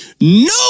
No